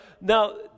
now